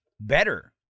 better